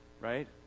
right